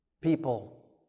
people